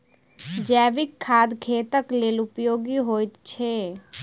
जैविक खाद खेतक लेल उपयोगी होइत छै